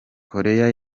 korea